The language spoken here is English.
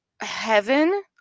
heaven